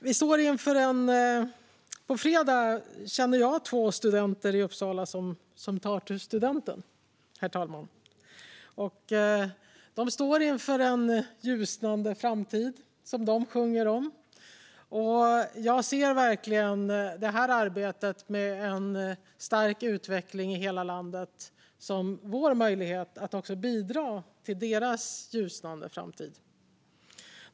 Jag känner två personer i Uppsala som tar studenten på fredag, herr talman. De står inför en ljusnande framtid, som de sjunger om. Jag ser verkligen det här arbetet med en stark utveckling i hela landet som vår möjlighet att bidra till deras ljusnande framtid.